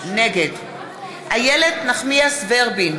נגד איילת נחמיאס ורבין,